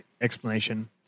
explanation